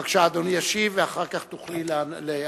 בבקשה, אדוני ישיב, ואחר כך תוכלי להרחיב.